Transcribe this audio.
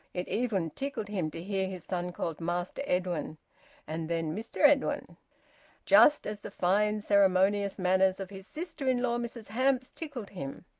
it even tickled him to hear his son called master edwin and then mister edwin just as the fine ceremonious manners of his sister-in-law mrs hamps tickled him.